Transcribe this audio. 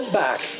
back